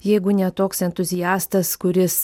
jeigu ne toks entuziastas kuris